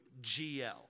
GL